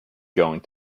going